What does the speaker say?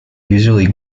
usually